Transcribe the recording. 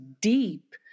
deep